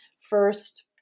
first